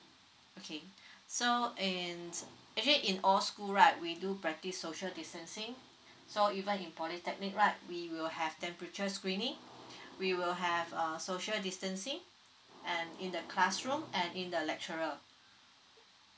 okay so in actually in all school right we do practice social distancing so even in polytechnic right we will have temperature screening we will have uh social distancing and in the classroom and in the lecturer